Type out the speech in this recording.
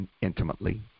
intimately